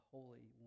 Holy